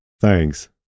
thanks